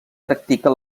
practica